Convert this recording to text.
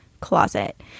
closet